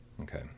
okay